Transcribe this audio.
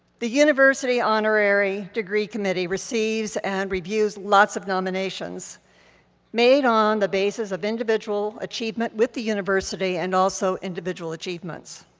the university honorary degree committee receives and reviews lots of nominations made on the basis of individual achievement with the university and also individual achievements.